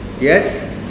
Yes